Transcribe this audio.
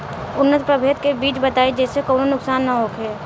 उन्नत प्रभेद के बीज बताई जेसे कौनो नुकसान न होखे?